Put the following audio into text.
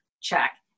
check